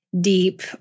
deep